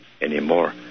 anymore